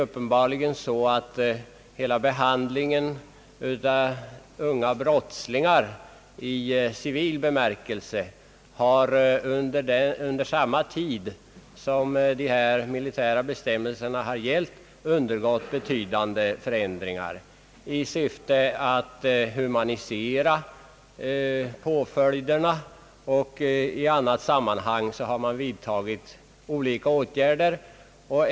Hela behandlingen av unga brottslingar i civil bemärkelse har under den tid som ifrågavarande militära bestämmelser varit gällande uppenbarligen undergått betydande förändringar. Syftet med dessa förändringar har varit att humanisera påföljderna. I annat sammanhang har man vidtagit olika åtgärder.